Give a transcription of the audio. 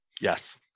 Yes